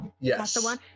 Yes